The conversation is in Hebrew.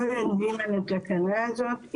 לא מכירים את התקנה הזאת,